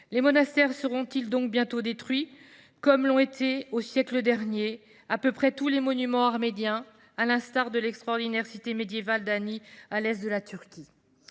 Les monastères seront-ils bientôt détruits, comme l’ont été au siècle dernier à peu près tous les monuments arméniens, telle l’extraordinaire cité médiévale d’Ani, à l’est de la Turquie ?